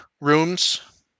rooms